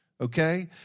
Okay